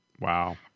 Wow